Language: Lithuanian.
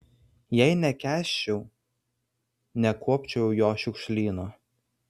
jei nekęsčiau nekuopčiau jo šiukšlyno